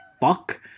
fuck